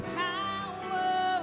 power